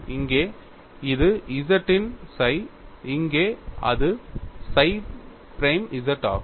இங்கே இது z இன் psi இங்கே அது chi prime z ஆகும்